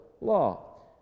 law